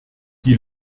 die